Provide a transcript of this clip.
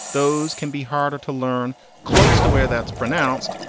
those can be harder to learn close to where that's pronounced.